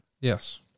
Yes